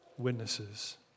witnesses